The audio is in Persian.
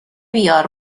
بیار